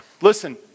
Listen